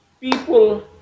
people